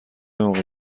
موقع